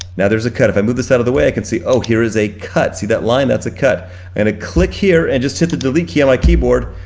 now there's a cut. if i move this out of the way, i can see oh here is a cut. see that line? that's a cut and i click here and just hit the delete key on my keyboard,